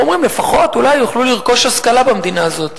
אומרים שלפחות אולי יוכלו לרכוש השכלה במדינה הזאת.